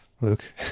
Luke